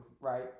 right